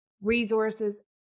resources